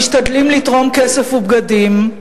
משתדלים לתרום כסף ובגדים,